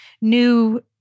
new